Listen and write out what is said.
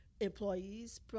Employees